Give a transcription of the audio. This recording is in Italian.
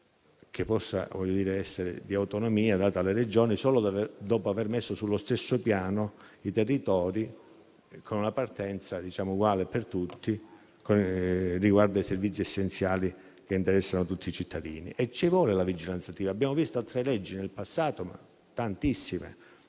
che possa essere di autonomia data alle Regioni solo dopo aver messo sullo stesso piano i territori, con una partenza uguale per tutti con riguardo ai servizi essenziali che interessano tutti i cittadini. Ci vuole la vigilanza attiva: abbiamo visto altre leggi nel passato, tantissime,